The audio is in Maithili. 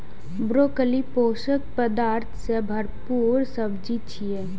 ब्रोकली पोषक पदार्थ सं भरपूर सब्जी छियै